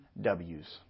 w's